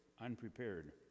unprepared